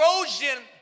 Erosion